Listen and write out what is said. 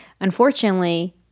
Unfortunately